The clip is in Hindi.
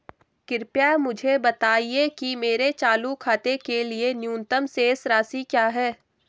कृपया मुझे बताएं कि मेरे चालू खाते के लिए न्यूनतम शेष राशि क्या है?